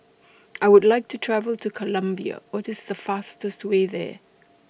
I Would like to travel to Colombia What IS The fastest Way There